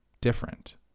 different